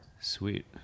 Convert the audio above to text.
sweet